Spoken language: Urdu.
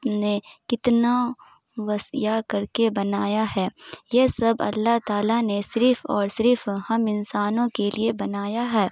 نے کتنا وسیع کر کے بنایا ہے یہ سب اللّہ تعالیٰ نے صرف اور صرف ہم انسانوں کے لیے بنایا ہے